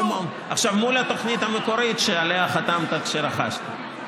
עכשיו, מול התוכנית המקורית שעליה חתמת כשרכשת.